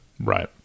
Right